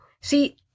See